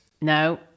No